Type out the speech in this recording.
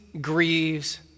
grieves